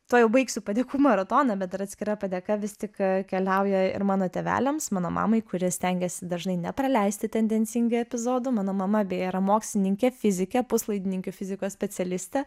tuojau baigsiu padėkų maratoną bet dar atskira padėka vis tik ką keliauja ir mano tėveliams mano mamai kuri stengiasi dažnai nepraleisti tendencingai epizodų mano mama beje yra mokslininkė fizikė puslaidininkių fizikos specialistė